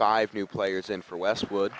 five new players in for westwood